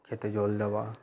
ক্ষেতে জল দেওয়া